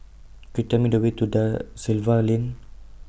Could YOU Tell Me The Way to DA Silva Lane